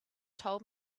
told